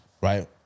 right